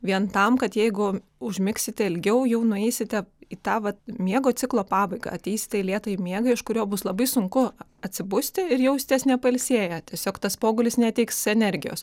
vien tam kad jeigu užmigsite ilgiau jau nueisite į tą vat miego ciklo pabaigą ateisite į lėtąjį miegą iš kurio bus labai sunku atsibusti ir jausitės nepailsėję tiesiog tas pogulis neteiks energijos